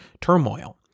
turmoil